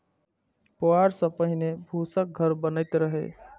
पुआर सं पहिने फूसक घर बनैत रहै